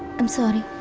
am sorry.